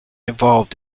involved